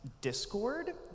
Discord